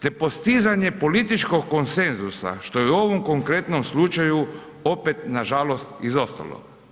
te postizanje političkog konsenzusa, što je u ovom konkretnom slučaju, opet, nažalost izostalo.